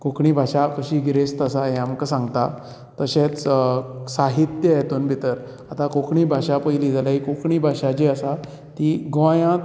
कोंकणी भाशा कशी गिरेस्त आसा हे आमकां सांगता तशेंच साहित्या हेतूंत भितर आता कोंकणी भाशा पयली जाल्या कोंकणी भाशा जी आसा तीं गोंयांत